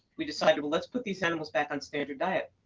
we decided well, let's put these animals back on standard diet.